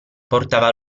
portava